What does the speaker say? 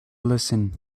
listen